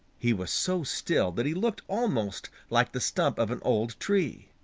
he was so still that he looked almost like the stump of an old tree.